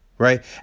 Right